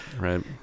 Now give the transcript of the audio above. Right